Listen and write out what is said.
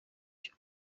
cyo